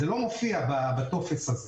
אבל זה לא מופיע בטופס הזה.